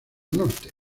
norte